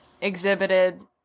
exhibited